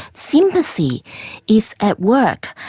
sympathy is at work,